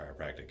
chiropractic